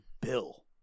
Bill